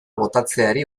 botatzeari